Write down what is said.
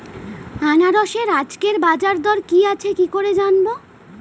আনারসের আজকের বাজার দর কি আছে কি করে জানবো?